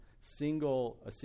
single